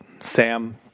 Sam